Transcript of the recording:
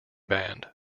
band